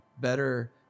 better